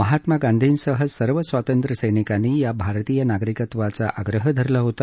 महात्मा गांधीसह सर्व स्वातंत्र्यसैनिकांनी या भारतीय नागरिकत्वाचा आग्रह धरला होता